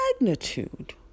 magnitude